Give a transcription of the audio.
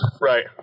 right